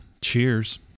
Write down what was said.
Cheers